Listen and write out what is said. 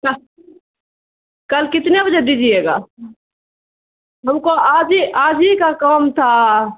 کل کتنے بجے دیجیے گا ہم کو آج ہی آج ہی کا کام تھا